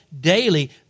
daily